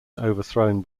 overthrown